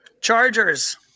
Chargers